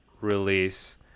release